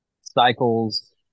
cycles